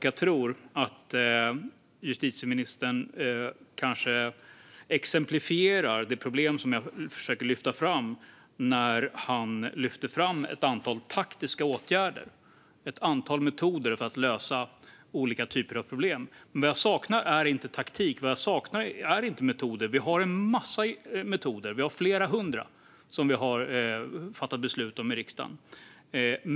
Jag tror att justitieministern exemplifierar det problem jag försöker peka på när han lyfter fram ett antal taktiska åtgärder, ett antal metoder, för att lösa olika problem. Vad jag saknar är inte taktik. Vad jag saknar är inte metoder. Vi har massor av metoder; vi har flera hundra som vi har fattat beslut om i riksdagen.